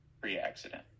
pre-accident